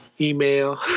email